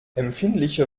empfindliche